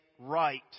right